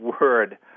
word